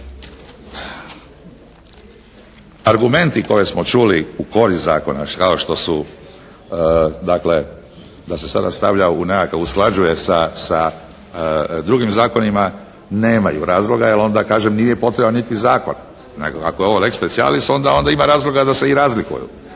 Argumenti koje smo čuli u korist zakona kao što su dakle da se sada stavlja u nekakav, usklađuje sa drugim zakonima nemaju razloga jer onda kažem nije potreban niti zakon nego ako je ovo lex specialis onda ima razloga da se i razlikuju.